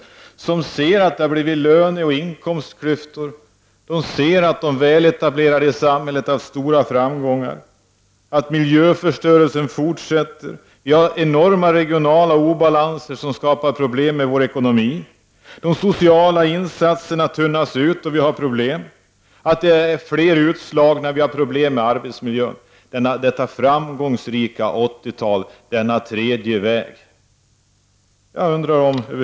De har sett att det har blivit löneoch inkomstklyftor och att de väletablerade i samhället har haft stora framgångar. Miljöförstörelsen fortsätter, och vi har enorma regionala obalanser som skapar problem i vår ekonomi. De sociala insatserna tunnas ut. Det finns fler utslagna, och vi har problem med arbetsmiljön. Det är situationen efter detta framgångsrika 80-tal och den tredje vägens ekonomiska politik!